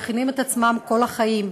מכינים את עצמם כל החיים,